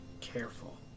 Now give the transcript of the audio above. careful